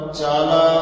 Chala